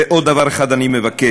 עוד דבר אחד אני מבקש,